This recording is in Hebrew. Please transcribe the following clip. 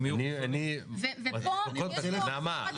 פה --- נעמה,